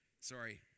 Sorry